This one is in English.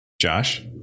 Josh